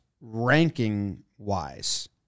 ranking-wise